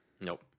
Nope